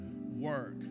work